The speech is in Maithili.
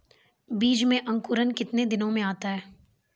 बीज मे अंकुरण कितने दिनों मे आता हैं?